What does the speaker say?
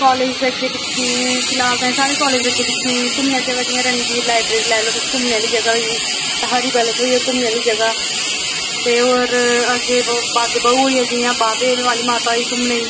college दे अग्गें पिच्छें फिलहाल ते साढ़े कॉलेज दे अग्गें पिच्छें घूमने आह्ली जगह् जि'यां रणबीर लाईब्रेरी लाई लाओ तुस घूमने आह्ली जगह् होई गेई हरि पैलेस होई गेई घूमने आह्ली जगह् ते होर अग्गें बाग ए बाहू होई गेआ जि'यां बाह्वे आह्ली माता होई गेई घूमने ई